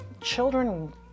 Children